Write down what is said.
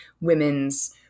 women's